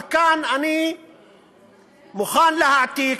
אבל כאן אני מוכן להעתיק,